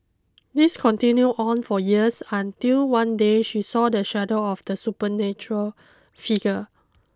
this continued on for years until one day she saw the shadow of the supernatural figure